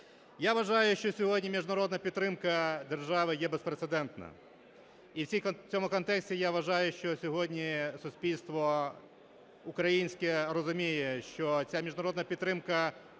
Я вважаю, що сьогодні міжнародна підтримка держави є безпрецедентна. І в цьому контексті, я вважаю, що сьогодні суспільство українське розуміє, що ця міжнародна підтримка не